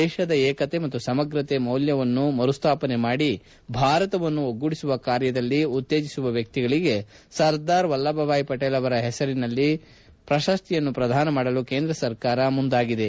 ದೇಶದ ಏಕತೆ ಮತ್ತು ಸಮಗ್ರತೆ ಮೌಲ್ವಗಳನ್ನು ಮರು ಸ್ವಾಪನೆ ಮಾಡಿ ಭಾರತವನ್ನು ಒಗ್ಗೂಡಿಸುವ ಕಾರ್ಯದಲ್ಲಿ ಉತ್ತೇಜಿಸುವ ವ್ವಕ್ತಿಗಳಿಗೆ ಸರ್ದಾರ್ ವಲ್ಲಭ ಭಾಯ್ ಪಟೇಲ್ ಅವರ ಹೆಸರಿನಲ್ಲಿ ಪ್ರಶಸ್ತಿಯನ್ನು ಪ್ರದಾನ ಮಾಡಲು ಕೇಂದ್ರ ಸರ್ಕಾರ ಮುಂದಾಗಿದೆ